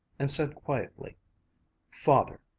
and said quietly father,